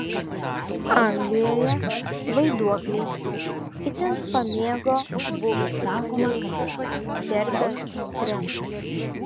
anglijoje vaiduokliai itin pamėgo buvusį kalėjimą derbio centre